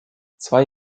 zwei